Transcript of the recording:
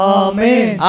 amen